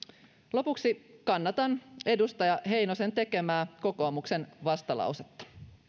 lopuksi kannatan edustaja heinosen tekemää kokoomuksen vastalausetta